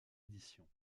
édition